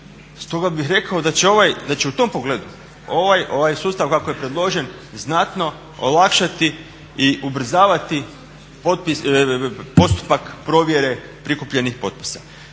Stoga bih rekao da će u tom pogledu ovaj sustav kako je predložen znatno olakšati i ubrzavati postupak provjere prikupljenih potpisa.